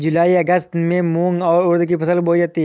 जूलाई अगस्त में मूंग और उर्द की फसल बोई जाती है